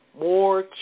more